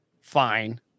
fine